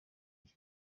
iki